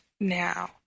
now